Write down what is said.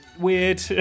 weird